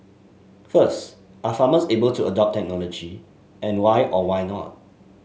first are farmers able to adopt technology and why or why not